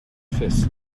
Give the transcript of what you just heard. fist